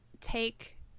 take